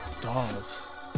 Dolls